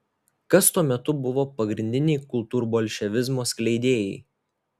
kas tuo metu buvo pagrindiniai kultūrbolševizmo skleidėjai